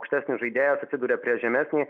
aukštesnis žaidėjas atsiduria prieš žemesnį